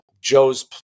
Joe's